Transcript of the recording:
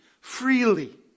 freely